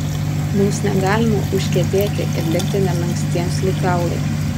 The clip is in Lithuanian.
mums negalima užkietėti ir likti nelankstiems lyg kaulai